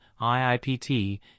IIPT